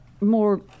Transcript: more